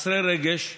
חסרי רגש,